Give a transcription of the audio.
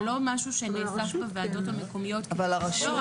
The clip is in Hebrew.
זה לא משהו שנאסף בוועדות המקומיות --- אבל לרשות כן.